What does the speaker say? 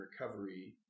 recovery